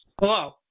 Hello